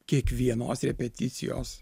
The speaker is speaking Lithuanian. kiekvienos repeticijos